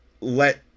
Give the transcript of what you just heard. let